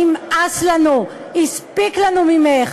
נמאס לנו, הספיק לנו ממך.